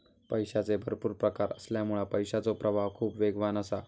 पैशाचे भरपुर प्रकार असल्यामुळा पैशाचो प्रवाह खूप वेगवान असा